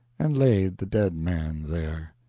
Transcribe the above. and laid the dead man there.